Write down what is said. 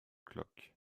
clock